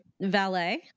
valet